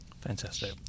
Fantastic